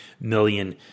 million